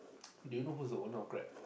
do you know who is the owner of Grab